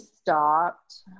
stopped